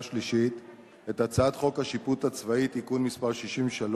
שלישית את הצעת חוק השיפוט הצבאי (תיקון מס' 63)